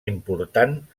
important